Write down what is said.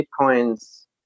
Bitcoin's